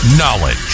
Knowledge